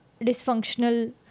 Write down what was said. dysfunctional